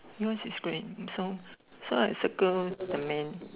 yours is green so so I circle the man